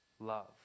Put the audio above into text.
love